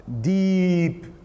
deep